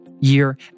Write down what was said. year